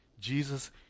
Jesus